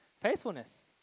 faithfulness